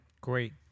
great